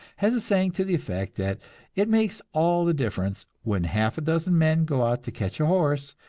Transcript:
has a saying to the effect that it makes all the difference, when half a dozen men go out to catch a horse,